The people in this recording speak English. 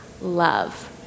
love